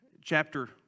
chapter